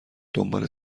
دنبال